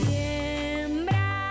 Siembra